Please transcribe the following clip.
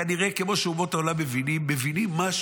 כנראה כמו שאומות העולם מבינות משהו,